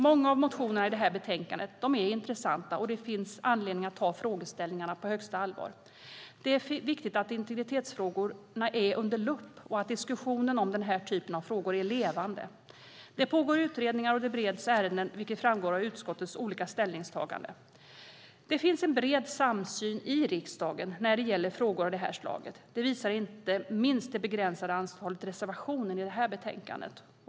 Många av motionerna i det här betänkandet är intressanta, och det finns anledning att ta frågeställningarna på största allvar. Det är viktigt att integritetsfrågorna är under lupp och att diskussionen om den här typen av frågor är levande. Det pågår utredningar och ärenden bereds, vilket framgår av utskottets ställningstaganden. Det finns en bred samsyn i riksdagen när det gäller frågor av detta slag. Det visar inte minst det begränsade antalet reservationer i detta betänkande.